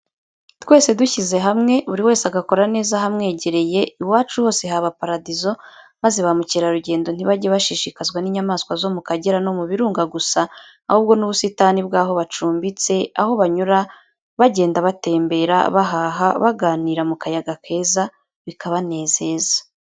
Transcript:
Twese dushyize hamwe, buri wese agakora neza ahamwegereye, iwacu hose haba paradizo maze ba mukerarugendo ntibajye bashishikazwa n'inyamaswa zo mu Kagera no mu Birunga gusa, ahubwo n'ubusitani bw'aho bacumbitse, aho banyura bagenda batembera, bahaha, baganira mu kayaga keza, bikabanezeza.